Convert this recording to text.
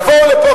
יבואו לפה,